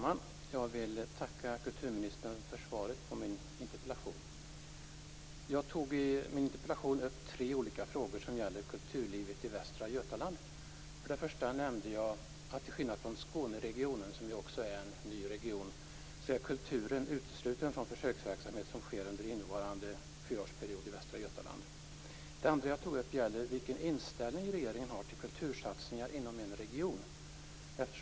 Fru talman! Jag vill tacka kulturministern för svaret på min interpellation. Jag tog i min interpellation upp tre olika frågor som gäller kulturlivet i Västra För det första nämnde jag att till skillnad från Skåneregionen, som ju också är en ny region, är kulturen utesluten från försöksverksamhet som sker under innevarande fyraårsperiod i Västra Götaland. För det andra tog jag upp vilken inställning regeringen har till kultursatsningar inom en region.